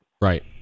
Right